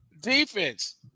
Defense